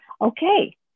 Okay